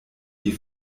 die